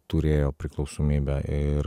turėjo priklausomybę ir